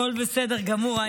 הכול בסדר גמור.